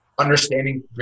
understanding